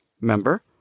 member